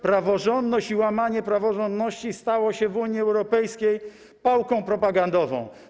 Praworządność i łamanie praworządności stały się w Unii Europejskiej pałką propagandową.